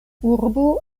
urbo